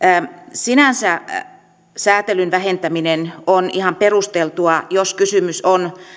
sinänsä sääntelyn vähentäminen on ihan perusteltua jos kysymys on